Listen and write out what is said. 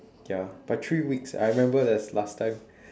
ya but three weeks I remember there's last time